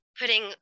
putting